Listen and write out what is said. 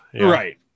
Right